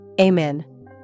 Amen